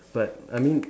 but I mean